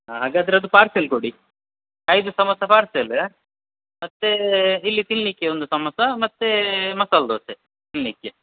ಹಾಂ ಹಾಗಾದ್ರೆ ಅದು ಪಾರ್ಸೆಲ್ ಕೊಡಿ ಐದು ಸಮೋಸ ಪಾರ್ಸೆಲ್ ಮತ್ತು ಇಲ್ಲಿ ತಿನ್ನಲಿಕ್ಕೆ ಒಂದು ಸಮೋಸ ಮತ್ತು ಮಸಾಲ ದೋಸೆ ತಿನ್ನಲಿಕ್ಕೆ